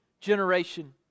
generation